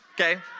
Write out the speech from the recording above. okay